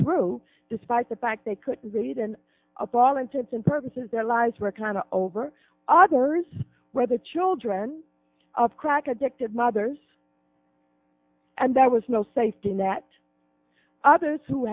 through despite the fact they could read an appalling tips and purposes their lives were kind of over others where the children of crack addicted mothers and there was no safety net others who